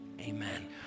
Amen